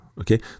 okay